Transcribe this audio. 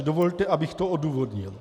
Dovolte, abych to odůvodnil.